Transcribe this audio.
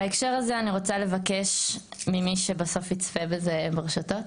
בהקשר הזה אני רוצה לבקש ממי שבסוף יצפה בזה ברשתות,